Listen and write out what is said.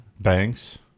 banks